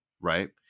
Right